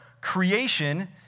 creation